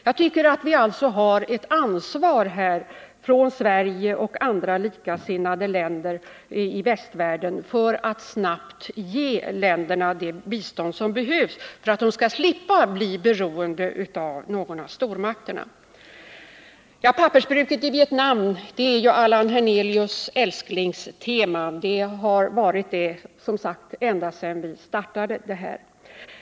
Jag tycker att Sverige och andra likasinnade länder i västvärlden har ett ansvar att snabbt ge de här länderna det bistånd som behövs för att de skall slippa bli beroende av någon av stormakterna. Pappersbruket i Vietnam är Allan Hernelius älsklingstema, och det har varit det ända sedan vi startade det projektet.